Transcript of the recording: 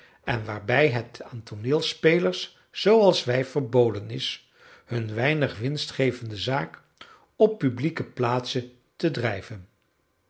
en waarbij het aan toneelspelers zooals wij verboden is hun weinig winstgevende zaak op publieke plaatsen te drijven